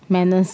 melons